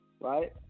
Right